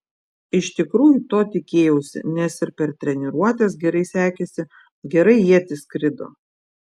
iš tikrųjų to tikėjausi nes ir per treniruotes gerai sekėsi gerai ietis skrido